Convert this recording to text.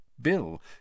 Bill